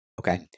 Okay